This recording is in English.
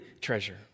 treasure